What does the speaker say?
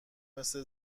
مثل